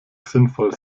sinnvoll